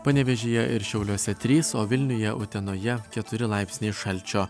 panevėžyje ir šiauliuose trys o vilniuje utenoje keturi laipsniai šalčio